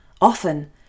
Often